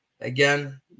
Again